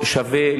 שווה,